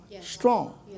strong